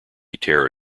terror